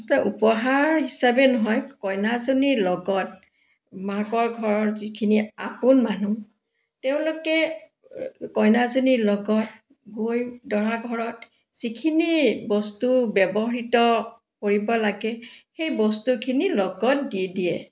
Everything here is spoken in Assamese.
উপহাৰ হিচাপে নহয় কইনাজনীৰ লগত মাকৰ ঘৰৰ যিখিনি আপোন মানুহ তেওঁলোকে কইনাজনীৰ লগত গৈ দৰাঘৰত যিখিনি বস্তু ব্যৱহৃত কৰিব লাগে সেই বস্তুখিনি লগত দি দিয়ে